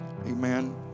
Amen